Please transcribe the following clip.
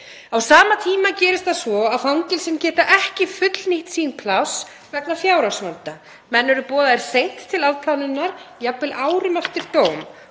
Á sama tíma gerist það svo að fangelsin geta ekki fullnýtt sín pláss vegna fjárhagsvanda. Menn eru boðaðir seint til afplánunar, jafnvel ári eftir dóm